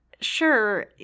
sure